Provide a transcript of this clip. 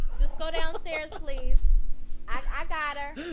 just go downstairs, please i got her.